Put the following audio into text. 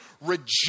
reject